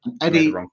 Eddie